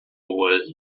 was